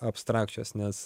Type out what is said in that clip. abstrakčios nes